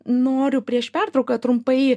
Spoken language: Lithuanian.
noriu prieš pertrauką trumpai